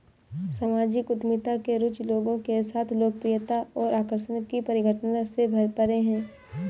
सामाजिक उद्यमिता में रुचि लोगों के साथ लोकप्रियता और आकर्षण की परिघटना से परे है